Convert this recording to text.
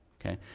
okay